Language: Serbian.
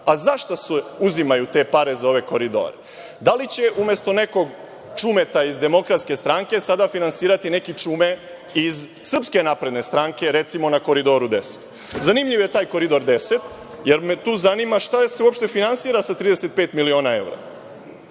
za šta se uzimaju te pare za ove koridore? Da li će umesto nekog Čumeta iz DS-a sada finansirati neki Čume iz SNS-a, recimo na Koridoru 10? Zanimljiv je taj Koridor 10, jer me tu zanima šta se uopšte finansira sa 35 miliona evra.